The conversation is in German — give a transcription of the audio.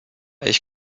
ich